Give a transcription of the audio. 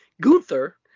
Gunther